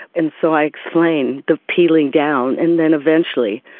and so i explained the peeling down and then eventually,